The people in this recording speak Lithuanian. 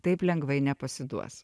taip lengvai nepasiduos